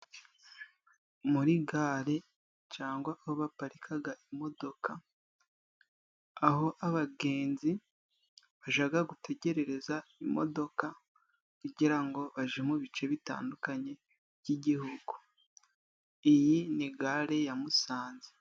Muri gare cyangwa aho baparikaga imodoka， aho abagenzi baja gutegererereza imodoka kugira ngo baje mu bice bitandukanye by'gihugu. Iyi ni gare ya Musanze.